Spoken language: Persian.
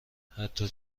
حتی